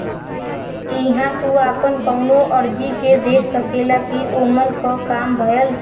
इहां तू आपन कउनो अर्जी के देख सकेला कि ओमन क काम भयल